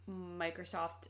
Microsoft